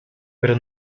pero